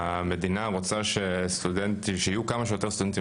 המדינה רוצה שיהיו כמה שיותר סטודנטים